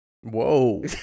whoa